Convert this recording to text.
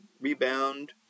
rebound